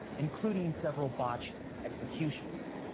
including several botched executions.